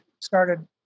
started